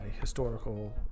historical